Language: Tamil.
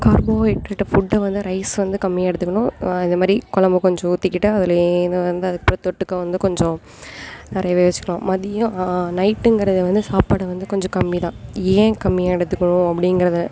கார்போஹைட்ரேட் ஃபுட்டை வந்து ரைஸ் வந்து கம்மியாக எடுத்துக்கணும் இதைமாதிரி கொழம்பு கொஞ்சம் ஊத்திக்கிட்டு அதிலயேதான் வந்து அதுக்கப்புறம் தொட்டுக்க வந்து கொஞ்சம் நிறையவே வச்சிக்கலாம் மதியம் நைட்டுங்கிறது வந்து சாப்பாடு வந்து கொஞ்சம் கம்மிதான் ஏன் கம்மியாக எடுத்துக்கணும் அப்படிங்கறத